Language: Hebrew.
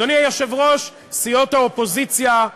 אדוני היושב-ראש, סיעות האופוזיציה,